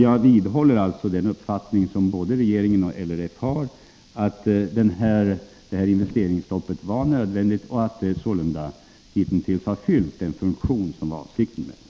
Jag vidhåller den uppfattning som både regeringen och LRF har, nämligen att detta investeringsstopp var nödvändigt och att det hittills har fyllt den funktion som var avsikten med det.